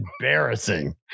embarrassing